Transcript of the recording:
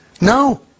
No